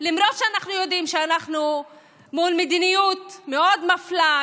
למרות שאנחנו יודעים שאנחנו מול מדיניות מאוד מפלה,